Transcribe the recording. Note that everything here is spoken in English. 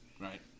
right